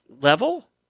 level